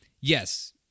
Yes